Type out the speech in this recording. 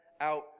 out